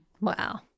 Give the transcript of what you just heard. Wow